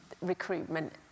recruitment